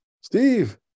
Steve